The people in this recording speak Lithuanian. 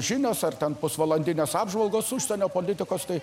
žinos ar ten pusvalandinės apžvalgos užsienio politikos tai